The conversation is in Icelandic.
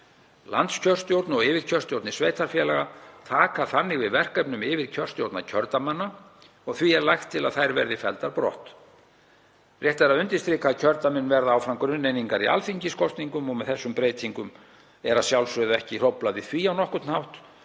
Landskjörstjórn og yfirkjörstjórnir sveitarfélaga taka þannig við verkefnum yfirkjörstjórna kjördæmanna og því er lagt til að þær verði felldar brott. Rétt er að undirstrika að kjördæmin verða áfram grunneiningar í alþingiskosningum og með þessum breytingum er að sjálfsögðu ekki hróflað við því á nokkurn hátt